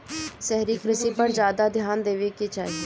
शहरी कृषि पर ज्यादा ध्यान देवे के चाही